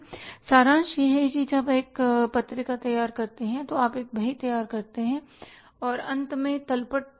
सारांश यह है कि जब आप एक पत्रिका तैयार करते हैं तो आप एक बही तैयार करते हैं और अंत में तलपट